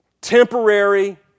temporary